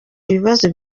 ibibazo